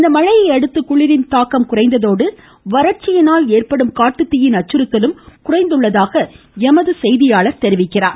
இந்த மழையை அடுத்து குளிரின் தாக்கம் குறைந்ததோடு வநட்சியினால் ஏற்படும் காட்டுத்தீயின் அச்சுறுத்தலும் குறைந்துள்ளதுள்ளதாக எமது தெரிவிக்கிறாார்